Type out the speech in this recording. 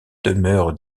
demeurent